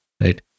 Right